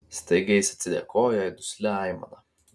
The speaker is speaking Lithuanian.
staiga jis atsidėkojo jai duslia aimana